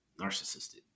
Narcissistic